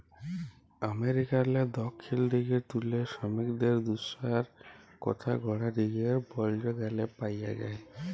আমেরিকারলে দখ্খিল দিগে তুলে সমিকদের দুদ্দশার কথা গড়া দিগের বল্জ গালে পাউয়া যায়